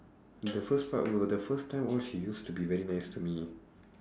the first part will the first time all she used to be very nice to me